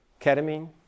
ketamine